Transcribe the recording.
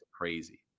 crazy